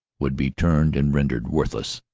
would be turned and rendered worthless.